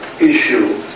issue